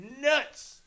nuts